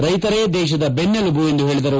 ರೈತರೇ ದೇಶದ ದೆನ್ನೆಲುಬು ಎಂದು ಹೇಳಿದರು